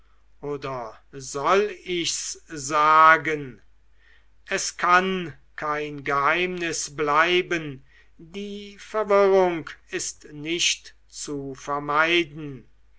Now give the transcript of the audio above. oder soll ich's sagen es kann kein geheimnis bleiben die verwirrung ist nicht zu vermeiden